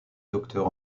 docteur